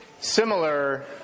similar